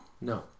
No